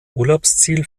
urlaubsziel